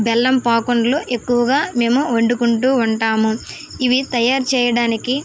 బెల్లం పాకంలో ఎక్కువగా మేము వండుకుంటూ ఉంటాము అని ఇవి తయారు చేయడానికి